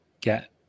get